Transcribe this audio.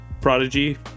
prodigy